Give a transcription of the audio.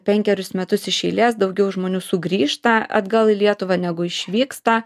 penkerius metus iš eilės daugiau žmonių sugrįžta atgal į lietuvą negu išvyksta